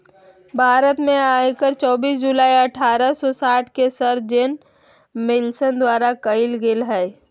भारत में आयकर चोबीस जुलाई अठारह सौ साठ के सर जेम्स विल्सन शुरू कइल्के हल